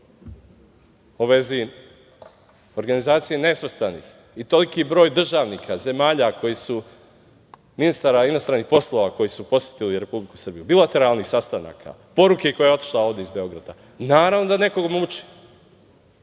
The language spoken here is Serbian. u vezi organizacije nesvrstanih i toliki broj državnika zemalja, ministara inostranih poslova, koji su posetili Republiku Srbiju, bilateralnih sastanaka, poruke koja je otišla iz Beograda, naravno da nekog muče